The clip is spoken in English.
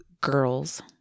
girls